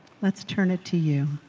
let's turn it to you.